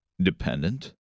dependent